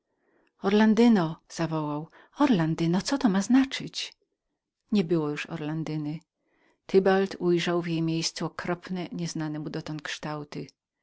orlandyno zawołał orlandyno co to ma znaczyć niebyło już orlandyny tybald ujrzał w jej miejscu okropne nieznane mu dotąd kształty